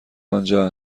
آنجا